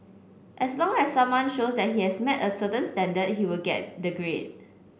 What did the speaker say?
as long as someone shows that he has met a certain standard he will get the grade